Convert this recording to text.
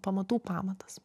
pamatų pamatas